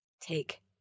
take